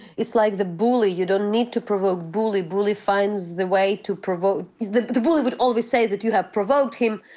it's like the bully you don't need to provoke the bully. bully finds the way to provoke. the the bully would always say that you have provoked him,